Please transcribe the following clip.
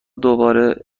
دوباره